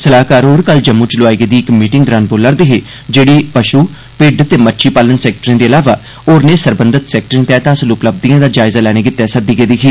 सलाहकार होर कल जम्मू च लोआई गेदी इक मीटिंग दौरान बोला' रदे हे जेहड़ी पश् भिड्ड ते मच्छी पालन सैक्टरें दे अलावा होरनें सरबंधत सैक्टरें तैहत हासल उपलब्धिएं दा जायजा लैने गितै सद्दी गेदी ही